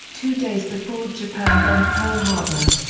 two days before japan bombed pearl harbor.